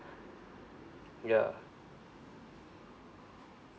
ya